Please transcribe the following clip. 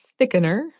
thickener